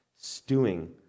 stewing